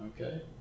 okay